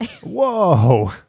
Whoa